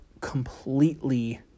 completely